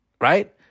Right